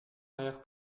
arrière